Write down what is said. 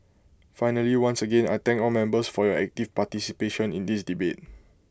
finally once again I thank all members for your active participation in this debate